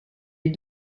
est